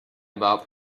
about